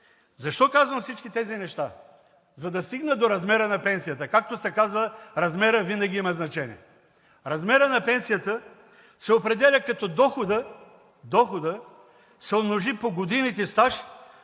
защо казвам всички тези неща? За да стигна до размера на пенсията. Както се казва, размерът винаги има значение. Размерът на пенсията се определя, като доходът се умножи по годините стаж